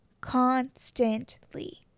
constantly